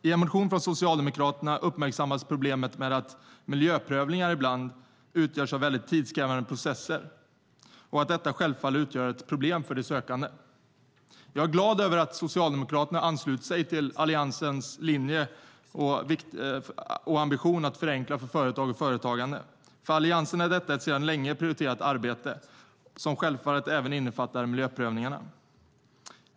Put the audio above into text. I en motion från Socialdemokraterna uppmärksammas problemet med att miljöprövningarna ibland utgörs av mycket tidskrävande processer och att detta självfallet utgör ett problem för de sökande. Jag är glad över att Socialdemokraterna ansluter sig till Alliansens linje och ambition att förenkla för företag och företagande. För Alliansen är detta ett sedan länge prioriterat arbete som självfallet innefattar även miljöprövningarna.